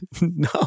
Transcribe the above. No